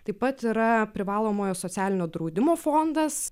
taip pat yra privalomojo socialinio draudimo fondas